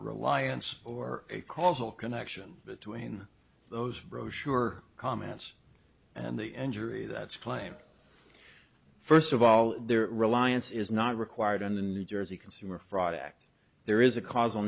reliance or a causal connection between those brochure comments and the engine or a that's claimed first of all their reliance is not required on the new jersey consumer fraud act there is a causal